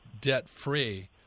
debt-free